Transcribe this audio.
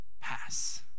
pass